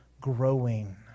growing